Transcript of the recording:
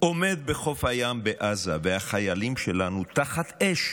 עומד בחוף הים בעזה, והחיילים שלנו תחת אש